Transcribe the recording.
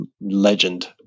legend